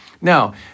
Now